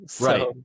Right